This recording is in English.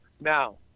Now